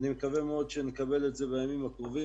אני מקווה מאוד שנקבל את זה בימים הקרובים.